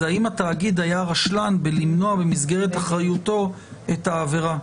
זה אם התאגיד היה רשלן בלמנוע במסגרת אחריותו את העבירה.